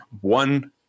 one